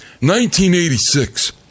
1986